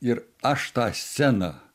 ir aš tą sceną